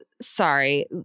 sorry